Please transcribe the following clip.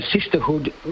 Sisterhood